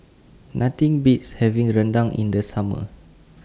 Nothing Beats having Rendang in The Summer